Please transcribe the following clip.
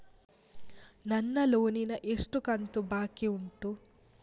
ನನ್ನ ಲೋನಿನ ಎಷ್ಟು ಕಂತು ಬಾಕಿ ಉಂಟು?